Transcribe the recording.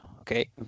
Okay